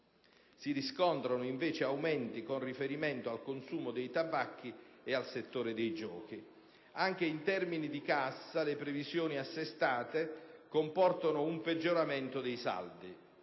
si riscontrano invece aumenti con riferimento al consumo dei tabacchi e al settore dei giochi. Anche in termini di cassa le previsioni assestate comportano un peggioramento dei saldi.